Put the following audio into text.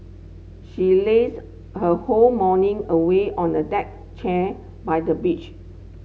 she lazed her whole morning away on the deck chair by the beach